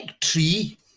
tree